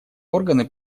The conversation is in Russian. органы